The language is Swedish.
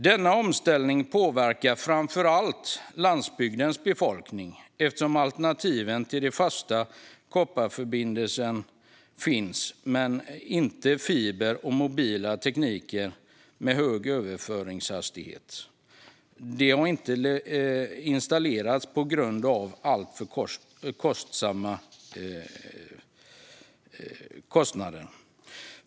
Denna omställning påverkar framför allt landsbygdens befolkning eftersom alternativen till den fasta kopparförbindelsen, till exempel fiber eller mobila tekniker med hög överföringshastighet, inte har installerats på grund av alltför höga kostnader.